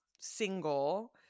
single